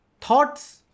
Thoughts